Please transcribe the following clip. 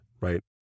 Right